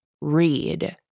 read